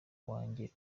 wanjye